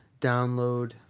download